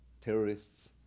terrorists